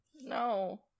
No